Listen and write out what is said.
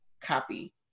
copy